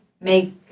make